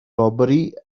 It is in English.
robbery